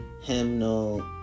hymnal